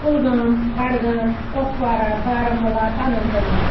کُلگام بڈگام کۄپوارہ بارہمولہ تہٕ اننت ناگ